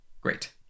Great